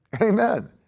amen